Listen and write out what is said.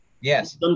Yes